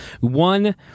One